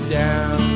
down